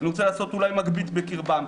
אני אולי רוצה לעשות מגבית בקרבם.